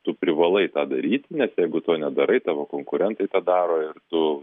tu privalai tą daryti nes jeigu to nedarai tavo konkurentai tą daro ir tu